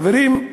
חברים,